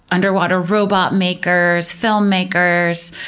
underwater robot makers, filmmakers,